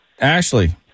ashley